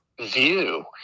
view